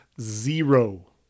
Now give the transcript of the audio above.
zero